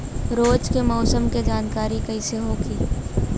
रोज के मौसम के जानकारी कइसे होखि?